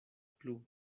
plu